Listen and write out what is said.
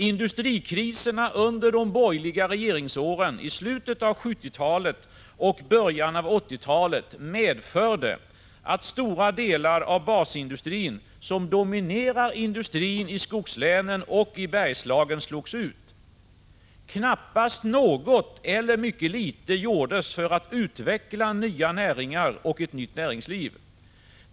Industrikriserna under de borgerliga regeringsåren i slutet av 1970-talet och i början av 1980-talet medförde att stora delar av basindustrin, som dominerar industrin i skogslänen och i Bergslagen, slogs ut. Knappast något eller mycket litet gjordes för att utveckla nya näringar och ett nytt näringsliv.